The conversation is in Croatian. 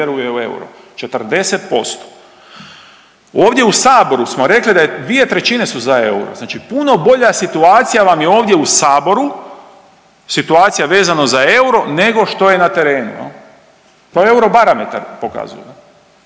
40%. Ovdje u saboru smo rekli da je 2/3 su za euro, znači puno bolja situacija vam je ovdje u saboru, situacija vezano za euro nego što je na terenu jel to Eurobarometar pokazuje.